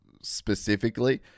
specifically